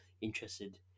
interested